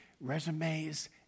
Resumes